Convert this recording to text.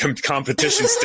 competition